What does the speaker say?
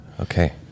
Okay